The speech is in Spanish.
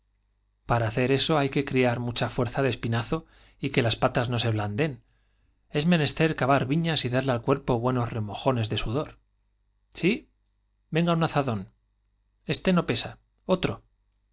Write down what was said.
para hacer eso hay que criar mucha fuerza de espinazo y que las patas no se blandeen es menester buenos remojones de cavar viiias y darle al cuerpo sudor sí venga un azadón este no pesa otro